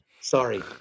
sorry